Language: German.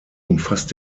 umfasst